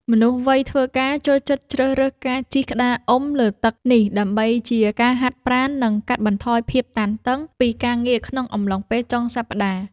មនុស្សវ័យធ្វើការចូលចិត្តជ្រើសរើសការជិះក្តារអុំលើទឹកនេះ ដើម្បីជាការហាត់ប្រាណ និងកាត់បន្ថយភាពតានតឹងពីការងារក្នុងអំឡុងពេលចុងសប្ដាហ៍។